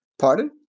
Pardon